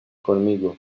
conmigo